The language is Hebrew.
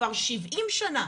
כבר 70 שנה,